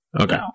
okay